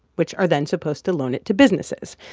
which are then supposed to loan it to businesses.